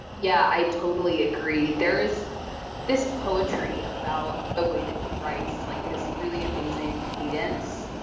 yeah i totally agree. there is this poetry about the way that she writes, like this really amazing cadence.